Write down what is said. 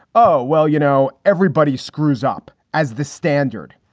oh, well, you know, everybody screws up as the standard.